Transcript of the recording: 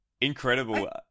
Incredible